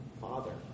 Father